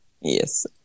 yes